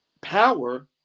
power